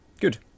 good